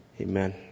Amen